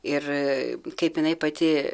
ir kaip jinai pati